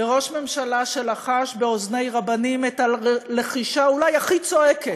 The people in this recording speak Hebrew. וראש ממשלה שלחש באוזני רבנים את הלחישה אולי הכי צועקת,